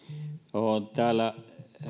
täällä